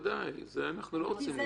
ודאי, את זה אנחנו לא רוצים למנוע.